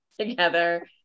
together